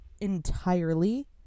entirely